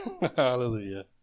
hallelujah